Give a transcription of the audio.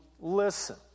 listen